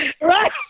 right